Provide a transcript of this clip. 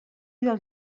dels